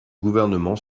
gouvernement